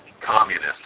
communist